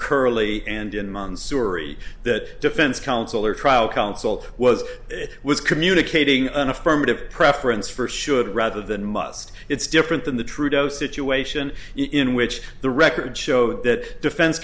curley and in months zuri that defense counsel or trial counsel was it was communicating an affirmative preference for should rather than must it's different than the trudeau situation in which the records show that defense